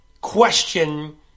question